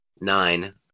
nine